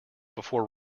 before